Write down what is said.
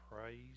praise